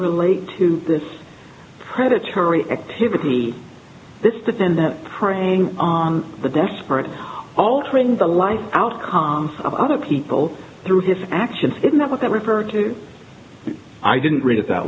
relate to this predatory activity this defendant preying on the desperate altering the life outcomes of other people through his actions isn't that what that referred to i didn't read it that